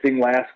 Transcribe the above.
last